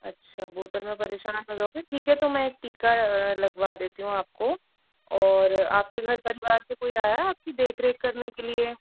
अच्छा बोतल में परेशान हो जाओगे ठीक है तो मैं एक टीका लगवा देती हूँ आपको और आपके घर परिवार से कोई आया है आप की देख रेख करने के लिए